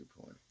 point